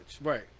right